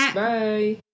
bye